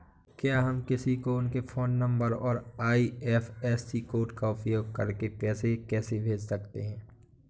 क्या हम किसी को उनके फोन नंबर और आई.एफ.एस.सी कोड का उपयोग करके पैसे कैसे भेज सकते हैं?